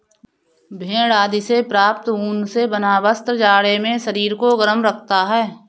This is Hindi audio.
भेड़ आदि से प्राप्त ऊन से बना वस्त्र जाड़े में शरीर को गर्म रखता है